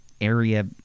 area